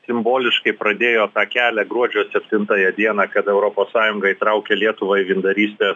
simboliškai pradėjo tą kelią gruodžio septintąją dieną kada europos sąjunga įtraukė lietuvą į vyndarystės